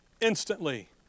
Instantly